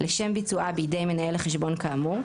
לשם ביצועה בידי מנהל החשבון כאמור,